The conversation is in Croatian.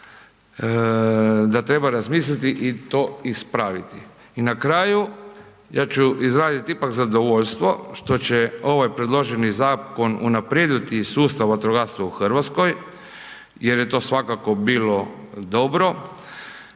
da treba razmisliti i to ispraviti. I na kraju, ja ću izrazit ipak zadovoljstvo što će ovaj predloženi zakon unaprijediti sustav vatrogastva u Hrvatskoj jer je to svakako bilo dobro